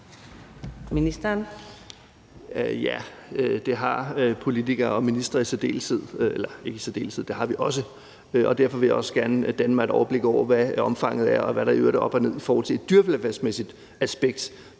Jensen): Ja, det har politikere og ministre i særdeleshed – eller ikke i særdeleshed, men det har vi også. Derfor vil jeg også gerne danne mig et overblik over, hvad omfanget er, og hvad der i øvrigt er op og ned i forhold til det dyrevelfærdsmæssige aspekt,